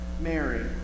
Mary